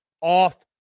off